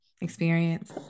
experience